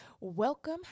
welcome